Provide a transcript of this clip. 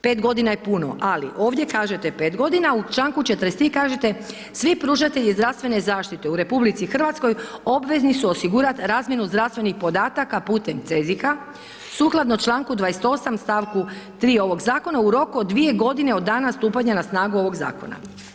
Pet godina je puno, ali ovdje kažete 5 godina, a u članku 43. kažete, svi pružatelji zdravstvene zaštite u RH obvezni su osigurat razmjenu zdravstvenih podataka putem CEZIH-a sukladno članku 28. stavku 3. ovog zakona u roku od 2 godine od dana stupanja na snagu ovog zakona.